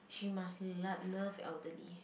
she must lah love elderly